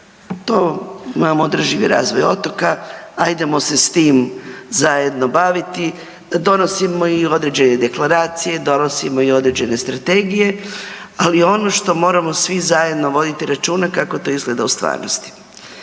to imamo održivi razvoj otoka, ajdemo se s tim zajedno baviti da donosimo i određene deklaracije, donosimo i određene strategije, ali ono što moramo svi zajedno voditi računa kako to izgleda u stvarnosti.